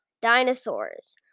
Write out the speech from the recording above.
dinosaurs